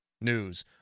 news